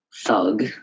Thug